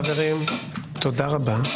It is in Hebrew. חברים, תודה רבה.